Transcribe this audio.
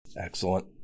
Excellent